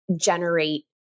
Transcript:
generate